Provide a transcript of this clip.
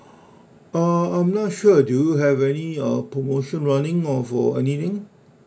uh I'm not sure do you have any uh promotion running or for anything